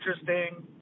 interesting